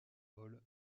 hall